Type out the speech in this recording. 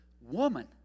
woman